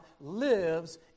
lives